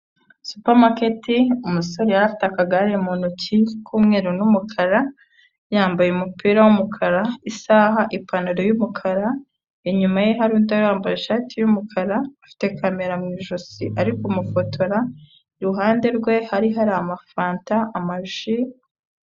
Supermarket umusore yari afite akagare mu ntoki k'umweru n'umukara, yambaye umupira w'umukara, isaha, ipantaro y'umukara, inyuma ye hari undi wari wambaye ishati y'umukara, afite kamera mu ijosi ari kumufotora, iruhande rwe hari hari amafanta, amaji...